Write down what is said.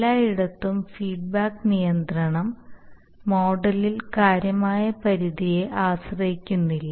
എല്ലായിടത്തും ഫീഡ്ബാക്ക് നിയന്ത്രണം മോഡലിൽ കാര്യമായ പരിധിയെ ആശ്രയിക്കുന്നില്ല